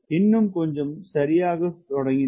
இன்னும் கொஞ்சம் சரியானதைத் தொடங்கினாள்